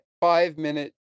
five-minute